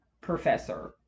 professor